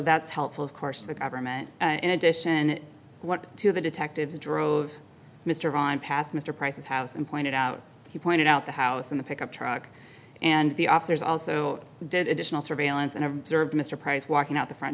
that's helpful of course to the government and in addition to the detectives drove mr irvine past mr price's house and pointed out he pointed out the house in the pickup truck and the officers also did additional surveillance and observed mr price walking out the front